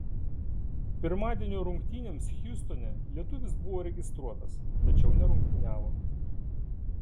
pirmadienio rungtynėms hjustone lietuvis buvo registruotas tačiau nerungtyniavo